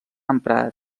emprar